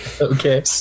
Okay